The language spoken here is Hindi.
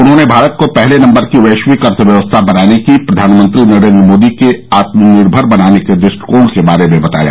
उन्होंने भारत को पहले नम्बर की वैश्विक अर्थव्यवस्था बनाने की प्रधानमंत्री नरेन्द्र मोदी के आत्मनिर्भर बनाने के दुष्टिकोण के बारे में बताया